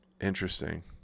interesting